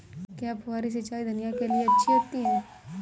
क्या फुहारी सिंचाई धनिया के लिए अच्छी होती है?